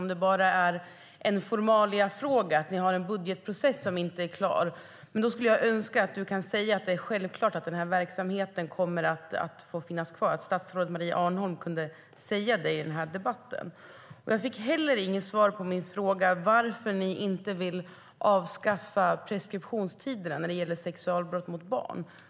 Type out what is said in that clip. Om det bara är en formaliafråga, att ni har en budgetprocess som inte är klar, skulle jag önska att statsrådet Maria Arnholm kunde säga i den här debatten att det är självklart att den här verksamheten kommer att få finnas kvar. Jag fick heller inget svar på min fråga om varför ni inte vill avskaffa preskriptionstiden när det gäller sexualbrott mot barn.